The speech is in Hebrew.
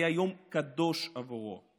היה יום קדוש עבורו.